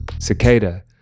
Cicada